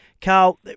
Carl